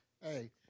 hey